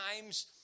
times